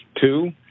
two